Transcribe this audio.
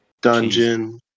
dungeon